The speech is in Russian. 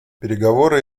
переговоры